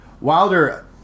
Wilder